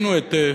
מתי זה היה?